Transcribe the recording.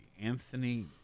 Anthony